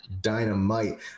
Dynamite